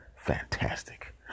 fantastic